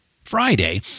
Friday